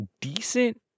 decent